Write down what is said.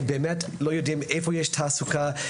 לא יודעים היכן יש תעסוקה,